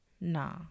Nah